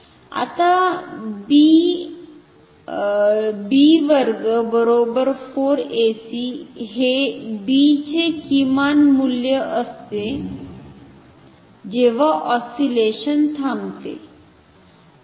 आता B b2 4 ac हे b चे किमान मूल्य असते जेव्हा ऑस्सिलेशन थांबते